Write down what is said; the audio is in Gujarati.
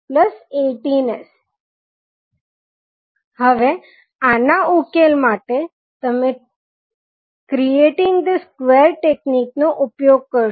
I113s25s3I2 હવે જો તમે સાદુરૂપ આપો તો 3s38s218sI2⇒I23s38s218s હવે આના ઉકેલ માટે તમે ક્રિએટીગ ધ સ્ક્વેર ટેક્નિક નો ઊપયોગ કરશો